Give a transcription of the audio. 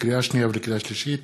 לקריאה שנייה וקריאה שלישית,